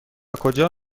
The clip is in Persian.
کجا